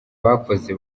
bakoze